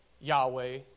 Yahweh